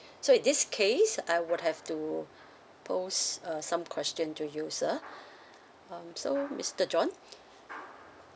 so in this case I would have to post uh some question to you sir uh so mister john